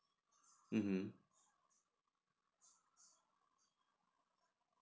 mmhmm